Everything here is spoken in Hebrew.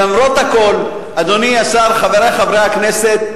למרות הכול, אדוני השר, חברי חברי הכנסת,